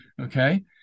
Okay